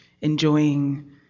enjoying